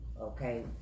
okay